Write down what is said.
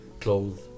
clothes